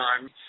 time